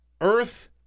Earth